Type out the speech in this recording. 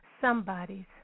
somebody's